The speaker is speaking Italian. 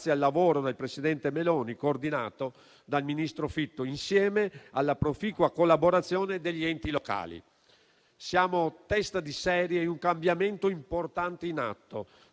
grazie al lavoro del presidente Meloni, coordinato dal ministro Fitto, insieme alla proficua collaborazione degli enti locali. Siamo testa di serie in un cambiamento importante in atto